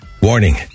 Warning